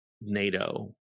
NATO